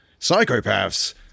psychopaths